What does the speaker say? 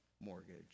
mortgage